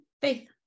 Faith